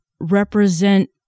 represent